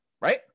right